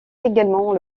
également